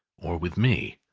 or with me.